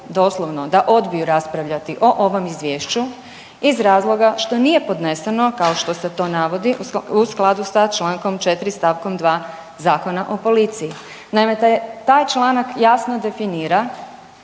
da odbiju raspravljati o ovom izvješću iz razloga što nije podneseno, kao što se to navodi, u skladu sa čl. 4. st. 2. Zakona o policiji. Naime, taj članak jasno definira